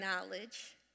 knowledge